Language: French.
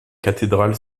cathédrale